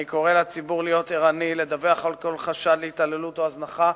אני קורא לציבור להיות ערני ולדווח על כל חשד להתעללות או הזנחה.